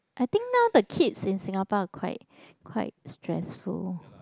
I think now the kids in Singapore are quite quite stressful